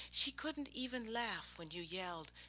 she couldn't even laugh when you yelled,